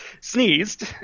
sneezed